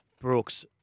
Brooks